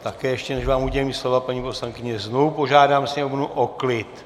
Také ještě než vám udělím slovo, paní poslankyně, znovu požádám sněmovnu o klid!